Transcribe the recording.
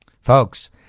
Folks